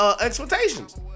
expectations